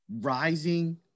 rising